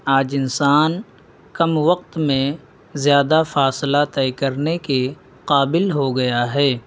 آج انسان کم وقت میں زیادہ فاصلہ طے کرنے کے قابل ہو گیا ہے